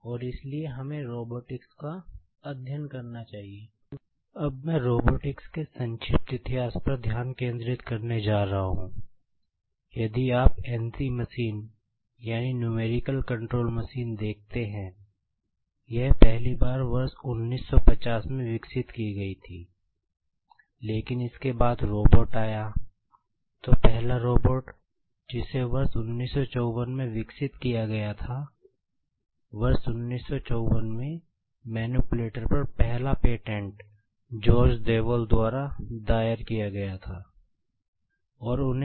और रोबोटिक्स का अध्ययन करना चाहिए